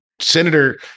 Senator